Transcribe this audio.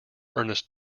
ernest